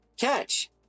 Catch